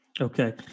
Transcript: Okay